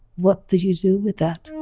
what do you do with that?